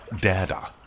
data